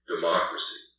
democracy